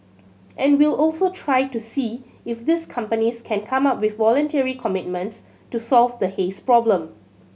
and we'll also try to see if these companies can come up with voluntary commitments to solve the haze problem